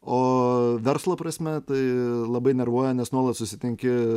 o verslo prasme tai labai nervuoja nes nuolat susitinki